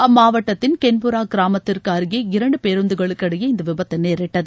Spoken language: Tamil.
அம்மாவட்டத்தின் கென்புரா கிராமத்திற்கு அருகே இரண்டு பேருந்துகளுக்கு இடையே இந்த விபத்து நேரிட்டது